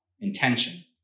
intention